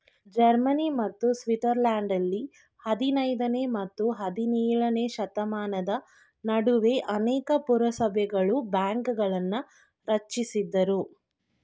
Germany ಮತ್ತು ಸ್ವಿಟ್ಜರ್ಲೆಂಡ್ನಲ್ಲಿ ಹದಿನೈದನೇ ಮತ್ತು ಹದಿನೇಳನೇಶತಮಾನದ ನಡುವೆ ಅನೇಕ ಪುರಸಭೆಗಳು ಬ್ಯಾಂಕ್ಗಳನ್ನ ರಚಿಸಿದ್ರು